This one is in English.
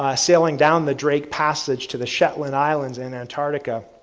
ah sailing down the drake passage to the shetland islands in antarctica,